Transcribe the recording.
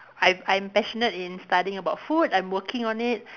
I I'm passionate in studying about food I'm working on it